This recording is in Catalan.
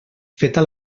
feta